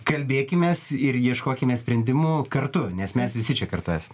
kalbėkimės ir ieškokime sprendimų kartu nes mes visi čia kartu esam